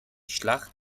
schlacht